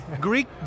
Greek